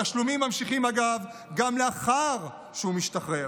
התשלומים ממשיכים גם לאחר שהוא משתחרר,